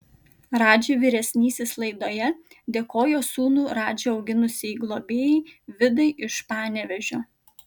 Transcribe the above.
radži vyresnysis laidoje dėkojo sūnų radži auginusiai globėjai vidai iš panevėžio